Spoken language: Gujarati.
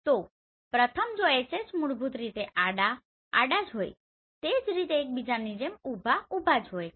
તો પ્રથમ જો HH મૂળભૂત રીતે આડા આડા હોય છે તેજ રીતે એકબીજાની જેમ ઉભા ઉભા હોય છે